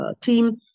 team